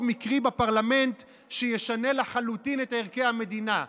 מקרי בפרלמנט שישנה לחלוטין את ערכי המדינה,